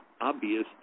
obvious